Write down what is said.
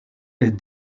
est